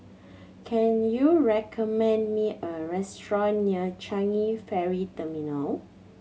can you recommend me a restaurant near Changi Ferry Terminal